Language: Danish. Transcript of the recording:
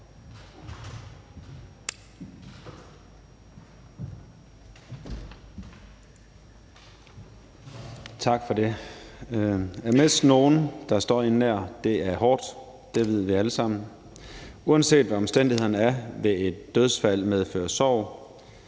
Tak for det. At miste nogen, der står en nær, er hårdt, og det ved vi alle sammen. Uanset hvad omstændighederne er, vil et dødsfald medføre sorg.